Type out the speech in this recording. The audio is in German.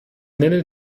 nenne